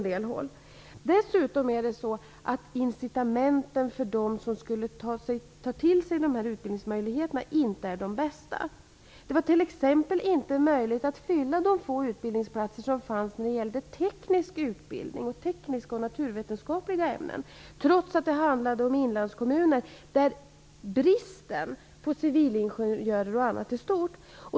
Dessutom är incitamenten för dem som skulle ta till sig de här utbildningsmöjligheterna inte de bästa. Det var t.ex. inte möjligt att fylla de få utbildningsplatser som fanns när det gällde tekniska och naturvetenskapliga ämnen, trots att det handlade om inlandskommuner, där bristen på bl.a. civilingenjörer är stor.